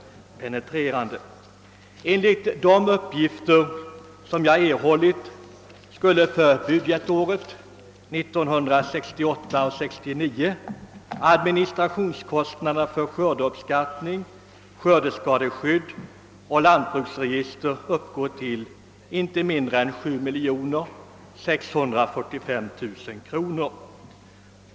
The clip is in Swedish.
Enligt uppgifter som jag fått skulle för budgetåret 1968/69 administrationskostnaderna för skördeuppskattning, skördeskadeskydd och lantbruksregister uppgå till 7645 000 kronor.